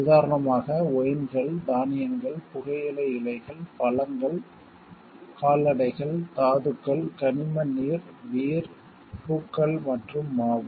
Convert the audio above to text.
உதாரணமாக ஒயின்கள் தானியங்கள் புகையிலை இலைகள் பழங்கள் கால்நடைகள் தாதுக்கள் கனிம நீர் பீர் பூக்கள் மற்றும் மாவு